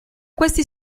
questi